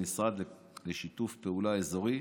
במשרד לשיתוף פעולה אזורי,